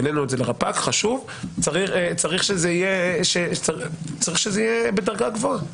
העלינו את הדרגה לדרגת לרפ"ק ואכן צריך שזה יהיה שוטר בדרגה גבוהה.